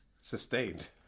sustained